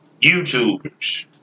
YouTubers